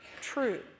true